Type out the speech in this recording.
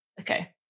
Okay